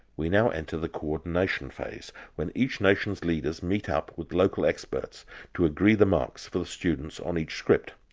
we now enter the co-ordination phase, when each nation's leaders meet up with local experts to agree the marks for the students on each script.